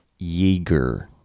Yeager